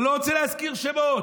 אני לא רוצה להזכיר שמות,